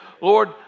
Lord